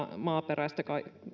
maaperästä